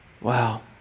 Wow